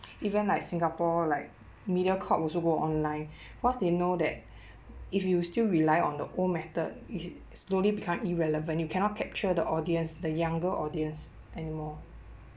even like singapore like mediacorp also go online once they know that if you still rely on the old method it slowly become irrelevant you cannot capture the audience the younger audience anymore